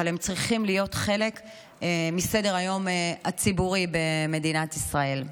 אבל הם צריכים להיות חלק, מסדר-היום הציבורי במדינת ישראל.